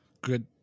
good